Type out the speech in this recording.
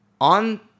on